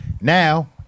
Now